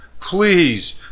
Please